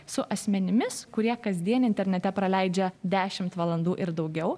su asmenimis kurie kasdien internete praleidžia dešimt valandų ir daugiau